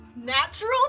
Natural